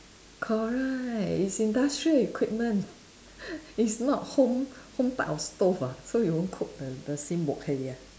correct is industrial equipment is not home home type of stove ah so you won't cook the the same wok hei ah